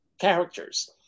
characters